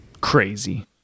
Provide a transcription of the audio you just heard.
crazy